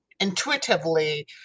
intuitively